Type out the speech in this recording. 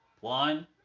One